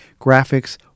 graphics